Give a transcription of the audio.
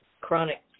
chronic